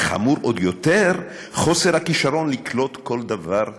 וחמור עוד יותר חוסר הכישרון לקלוט כל דבר רוחני.